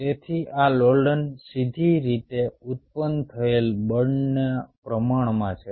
તેથી આ લોલન સીધી રીતે ઉત્પન્ન થયેલ બળના પ્રમાણમાં છે